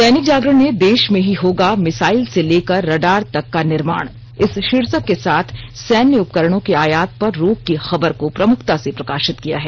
दैनिक जागरण ने देश में ही होगा मिसाईल से लेकर रडार तक का निर्माण इस शीर्षक के साथ सैन्य उपकरणों के आयात पर रोक की खबर को प्रमुखता से प्रकाशित किया है